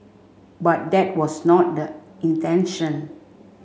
but that was not the intention